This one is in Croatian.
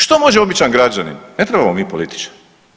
Što može običan građanin, ne trebamo mi političari.